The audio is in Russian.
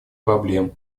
проблем